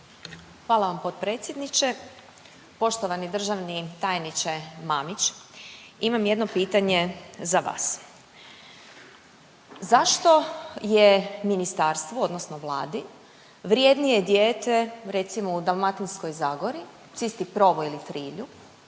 Hvala vam potpredsjedniče. Poštovani državni tajniče Mamić. Imam jedno pitanje za vas. Zašto je ministarstvo odnosno Vladi vrjednije dijete, recimo, u Dalmatinskoj zagori, Cisti Provo ili Trilju,